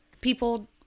people